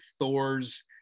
Thor's